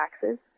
taxes